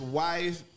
wife